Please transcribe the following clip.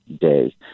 day